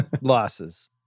Losses